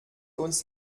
uns